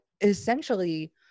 essentially